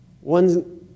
One